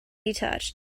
detached